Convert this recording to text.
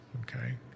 Okay